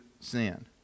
sin